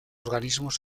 organismos